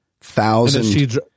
thousand